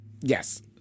yes